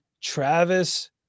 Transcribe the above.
Travis